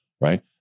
Right